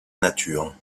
nature